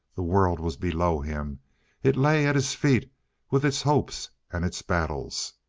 the world was below him it lay at his feet with its hopes and its battles.